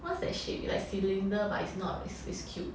what's that shape like cylinder but it's not it's it's cube